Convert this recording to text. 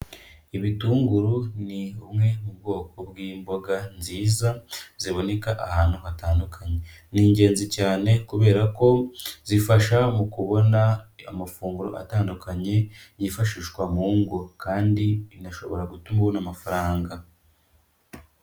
Ibitunguru ni bumwe mu bwoko bw'imboga nziza, ziboneka ahantu hatandukanye. Ni ingenzi cyane kubera ko zifasha mu kubona amafunguro atandukanye, yifashishwa mu ngo kandi binashobora gutuma ubona amafaranga.